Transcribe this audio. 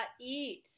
eat